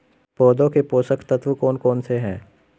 पौधों के पोषक तत्व कौन कौन से हैं?